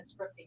scripting